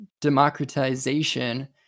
democratization